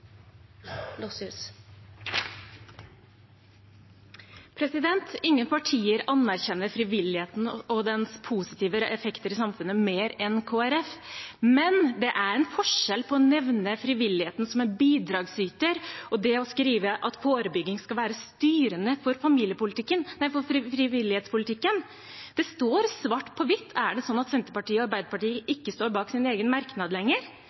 Ingen partier anerkjenner frivilligheten og dens positive effekter i samfunnet mer enn Kristelig Folkeparti, men det er en forskjell på å nevne frivilligheten som en bidragsyter og det å skrive at forebygging skal være styrende for frivillighetspolitikken. Det står svart på hvitt. Er det sånn at Senterpartiet og Arbeiderpartiet ikke står bak sin egen merknad lenger?